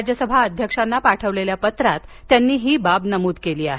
राज्यसभा अध्यक्षांना पाठवलेल्या पत्रात त्यांनी ही बाब नमूद केली आहे